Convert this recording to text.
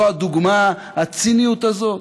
זו הדוגמה, הציניות הזאת?